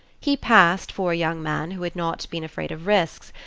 he passed for a young man who had not been afraid of risks,